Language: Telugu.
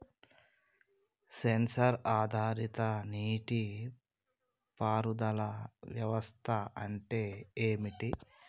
సెన్సార్ ఆధారిత నీటి పారుదల వ్యవస్థ అంటే ఏమిటి?